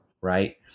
right